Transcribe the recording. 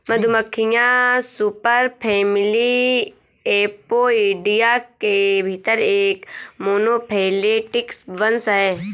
मधुमक्खियां superfamily Apoidea के भीतर एक मोनोफैलेटिक वंश हैं